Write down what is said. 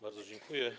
Bardzo dziękuję.